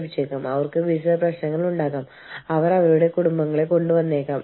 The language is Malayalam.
ഒരു ജീവനക്കാരൻ നിയമവിരുദ്ധമായ എന്തെങ്കിലും ചെയ്താൽ എന്ത് സംഭവിക്കും